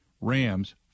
Rams